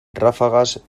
ráfagas